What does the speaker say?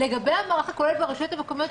לגבי המערך הכולל ברשויות המקומיות,